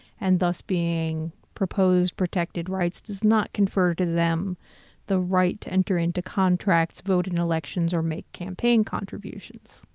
and thus being proposed protected rights does not confer to to them the right to enter into contracts, vote in elections or make campaign contributions.